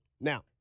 Now